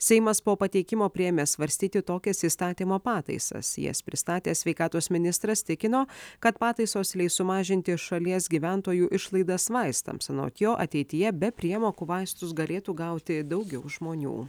seimas po pateikimo priėmė svarstyti tokias įstatymo pataisas jas pristatęs sveikatos ministras tikino kad pataisos leis sumažinti šalies gyventojų išlaidas vaistams anot jo ateityje be priemokų vaistus galėtų gauti daugiau žmonių